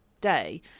day